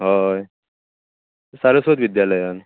हय सारस्वत विद्यालयांत